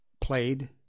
played